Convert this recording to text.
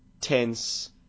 tense